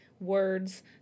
words